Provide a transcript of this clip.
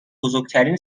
بزرگترین